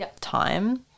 time